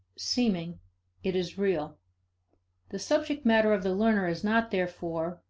seeming it is real the subject matter of the learner is not, therefore,